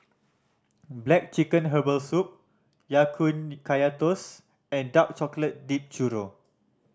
black chicken herbal soup Ya Kun Kaya Toast and dark chocolate dipped churro